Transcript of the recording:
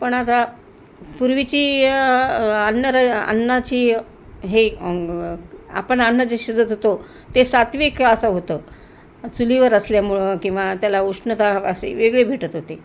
पण आता पूर्वीची अन्न र अन्नाची हे आपण अन्न जे शिजवत होतो ते सात्त्विक असं होतं चुलीवर असल्यामुळे किंवा त्याला उष्णता असे वेगळी भेटत होते